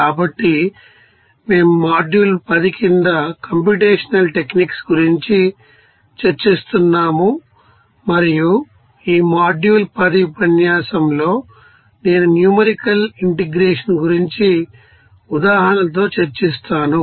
కాబట్టి మేము మాడ్యూల్ 10 కింద కంప్యూటేషనల్ టెక్నిక్స్ గురించి చర్చిస్తున్నాము మరియు ఈమాడ్యూల్ 10 ఉపన్యాసంలో నేను న్యూమరికల్ ఇంటెగ్రేషన్ గురించి ఉదాహరణలతో చర్చిస్తాను